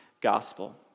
gospel